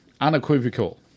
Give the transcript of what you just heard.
Unequivocal